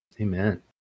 Amen